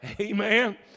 Amen